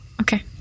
Okay